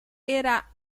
era